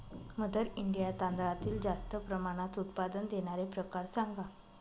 mother India तांदळातील जास्त प्रमाणात उत्पादन देणारे प्रकार सांगा